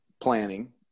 planning